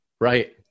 Right